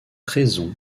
raison